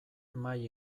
mahai